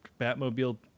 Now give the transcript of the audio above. Batmobile